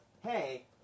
hey